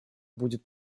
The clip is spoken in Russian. будет